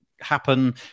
happen